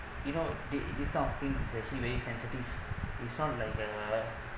you know this this kind of thing is actually very sensitive is not like uh